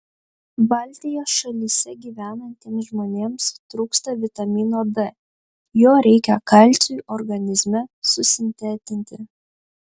baltijos šalyse gyvenantiems žmonėms trūksta vitamino d jo reikia kalciui organizme susintetinti